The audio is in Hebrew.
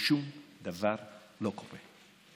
ושום דבר לא קורה.